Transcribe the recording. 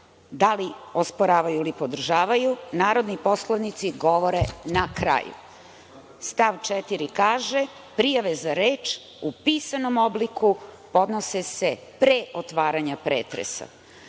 da li osporavaju ili podržavaju narodni poslanici govore na kraju. Stav 4. kaže – Prijave za reč u pisanom obliku podnose se pre otvaranja pretresa. Znači,